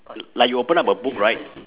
like you open up a book right